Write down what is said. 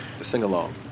sing-along